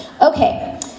Okay